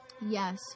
yes